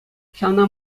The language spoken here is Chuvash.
ҫавна